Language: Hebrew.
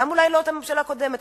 אולי גם לא את הממשלה הקודמת,